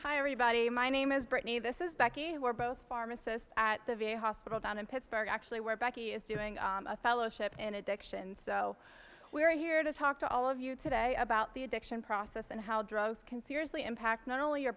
hi everybody my name is britney this is becky who are both pharmacists at the v a hospital down in pittsburgh actually where becky is doing a fellowship in addiction so we're here to talk to all of you today about the addiction process and how drugs can seriously impact not only your